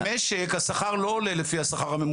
במשק השכר לא עולה לפי השכר הממוצע,